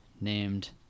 named